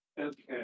Okay